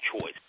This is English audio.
choice